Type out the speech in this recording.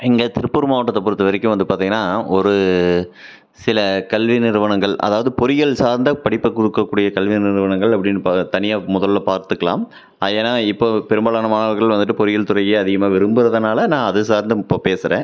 எங்கள் திருப்பூர் மாவட்டத்தை பொறுத்த வரைக்கும் வந்து பார்த்திங்கனா ஒரு சில கல்வி நிறுவனங்கள் அதாவது பொறியியல் சார்ந்த படிப்பை கொடுக்கக்கூடிய கல்வி நிறுவனங்கள் அப்படின்னு பா தனியாக முதலில் பார்த்துக்கலாம் ஏன்னா இப்போ பெரும்பாலான மாணவர்கள் வந்துவிட்டு பொறியியல் துறையே அதிகமாக விரும்புகிறதுனால நான் அது சார்ந்து இப்போது பேசுகிறேன்